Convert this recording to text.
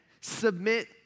submit